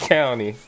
County